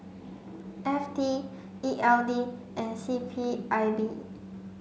F T E L D and C P I B